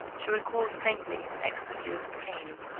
she recalled faintly an ecstasy of pain,